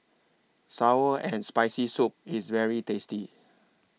Sour and Spicy Soup IS very tasty